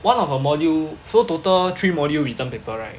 one of her module so total three module written paper right